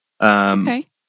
Okay